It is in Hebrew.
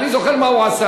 אני זוכר מה הוא עשה.